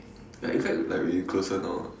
like in fact like we closer now ah